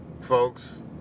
folks